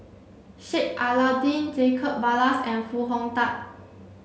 Sheik Alau'ddin Jacob Ballas and Foo Hong Tatt